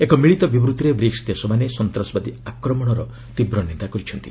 ଏକ ମିଳିତ ବିବୃତ୍ତିରେ ବ୍ରିକ୍ୱ ଦେଶମାନେ ସନ୍ତାସବାଦୀ ଆକ୍ରମଣର ତୀବ୍ର ନିନ୍ଦା କରିଛନ୍ତି